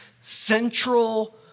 Central